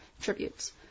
tributes